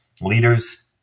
leaders